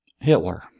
Hitler